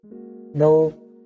no